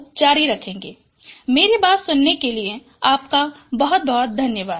keywords प्रमुख घटक विश्लेषण डायमेंशनलिटी रिडक्शन मैक्सिमाइज़िंग वेरिएंस